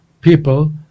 People